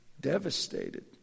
devastated